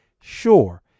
sure